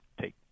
take